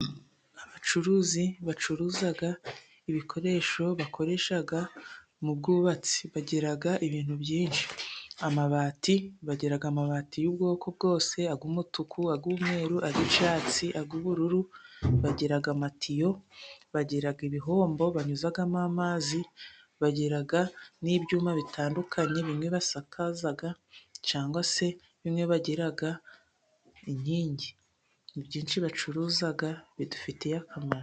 Abacuruzi bacuruza ibikoresho bakoresha mu bwubatsi bagira ibintu byinshi: amabati; bagira amabati y'ubwoko bwose: ay' umutuku, ay'umweru, ay'icyatsi, ay'ubururu, bagira amatiyo, bagira ibihombo, banyuzamo amazi, bagira n'ibyuma bitandukanye; bimwe basakaza cyangwa se bimwe bagira inkingi. Ibyinshi bacuruza bidufitiye akamaro.